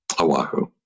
Oahu